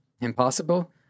Impossible